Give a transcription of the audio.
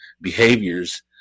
behaviors